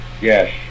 Yes